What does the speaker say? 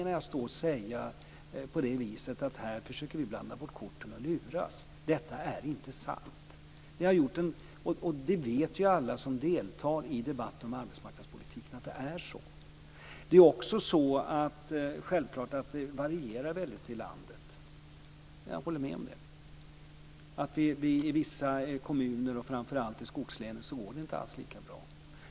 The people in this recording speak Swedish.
Att vi här försöker blanda bort korten och luras är inte sant, och det vet alla som deltar i debatten om arbetsmarknadspolitiken. Självfallet varierar situationen väldigt i landet, det håller jag med om. I vissa kommuner och framför allt i skogslänen går det inte alls lika bra.